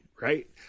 right